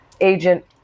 agent